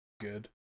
good